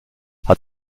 hat